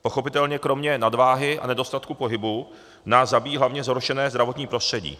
Pochopitelně kromě nadváhy a nedostatku pohybu nás zabíjí hlavně zhoršené zdravotní prostředí.